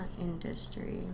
industry